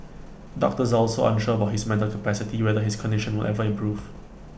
doctors are also unsure about his mental capacity whether his condition will ever improve